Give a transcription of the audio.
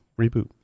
Reboot